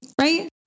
right